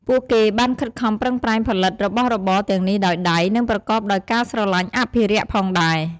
ពួកគេបានខិតខំប្រឹងប្រែងផលិតរបស់របរទាំងនេះដោយដៃ និងប្រកបដោយការស្រឡាញ់អភិរក្សផងដែរ។